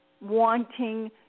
wanting